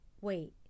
wait